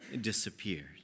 disappeared